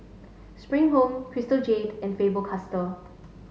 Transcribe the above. Spring Home Crystal Jade and Faber Castell